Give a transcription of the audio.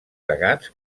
cegats